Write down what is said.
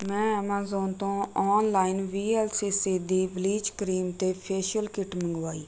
ਮੈਂ ਐਮਾਜ਼ੋਨ ਤੋਂ online V L C C ਦੀ ਬਲੀਚ ਕਰੀਮ ਅਤੇ ਫੇਸ਼ੀਅਲ ਕਿੱਟ ਮੰਗਵਾਈ